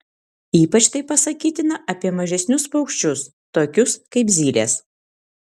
ypač tai pasakytina apie mažesnius paukščius tokius kaip zylės